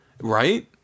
Right